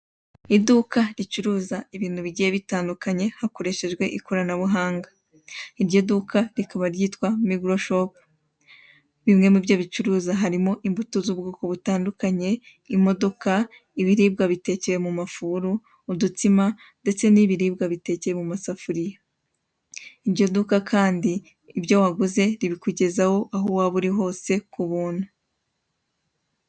Iduka ricuruza ibintu bigiye bitandukanye hakoreshejwe ikoranabuhanga iryo duka rikaba ryitwa Migoro shopu, bimwe mu byo ricuruza harimo imbuto z'ubwoko butandukanye, imodoka, ibiribwa bitekeye mu mafuru, udutsima ndetse n'ibiribwa bitekeye mu masafuriya, iryo duka kandi ibyo waguze ribikugezaho aho waba uri hose ku buntu.